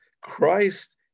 Christ